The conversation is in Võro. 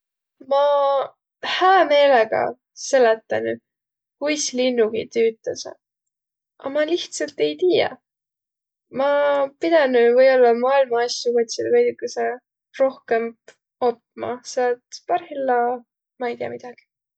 Ma hää meelega seletänüq, kuis linnugiq tüütäseq, a ma lihtsalt ei tiiäq. Ma pidänüq või-ollaq maailma asjo kotsilõ veidükese rohkõmp op'ma, selle et parhilla ma-i tiiä midägi.